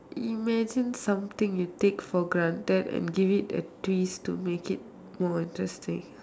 imagine something you take for granted and give it a twist to make it more interesting